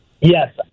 Yes